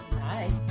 Hi